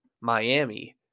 Miami